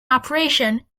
operation